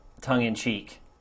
tongue-in-cheek